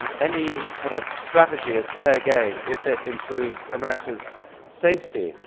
um any kind of strategy is fair game if it improves america's safety.